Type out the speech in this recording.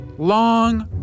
Long